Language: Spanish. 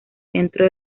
centro